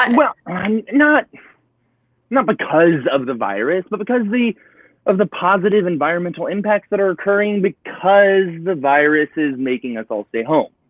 um well, ah um not not because of the virus, but because of of the positive environmental impacts that are occurring because the virus is making us all stay home.